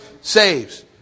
saves